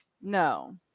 No